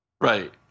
Right